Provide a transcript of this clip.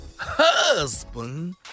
Husband